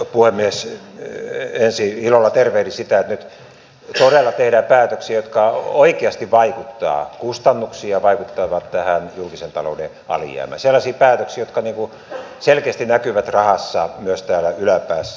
ensin ilolla tervehdin sitä että nyt todella tehdään päätöksiä jotka oikeasti vaikuttavat kustannuksiin ja vaikuttavat tähän julkisen talouden alijäämään sellaisia päätöksiä jotka selkeästi näkyvät rahassa myös täällä yläpäässä